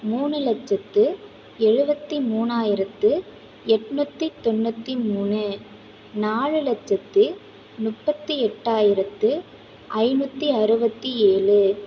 மூணு லட்சத்து எழுபத்தி மூணாயிரத்து எட்நூற்றி தொண்ணூற்றி மூணு நாலு லட்சத்து முப்பத்தி எட்டாயிரத்து ஐநூற்றி அறுபத்தி ஏழு